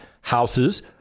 houses